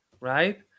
right